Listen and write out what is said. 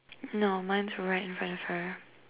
no mine is right in front of her